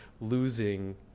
losing